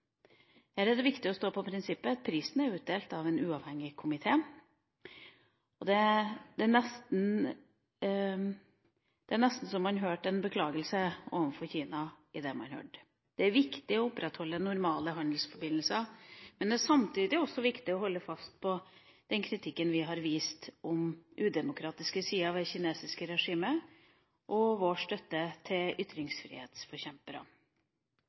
Her er det viktig å stå på prinsippet om at prisen er utdelt av en uavhengig komité. Det var nesten så man hørte en beklagelse overfor Kina. Det er viktig å opprettholde normale handelsforbindelser, men det er samtidig viktig å holde fast ved vår kritikk av de udemokratiske sidene ved det kinesiske regimet og gi vår støtte til